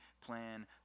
plan